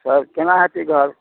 sir केना हेतै घर